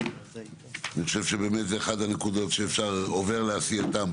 אני חושב שזו אחת הנקודות שעובר לעשייתן.